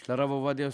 של הרב עובדיה יוסף,